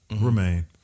remain